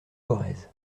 corrèze